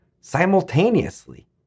simultaneously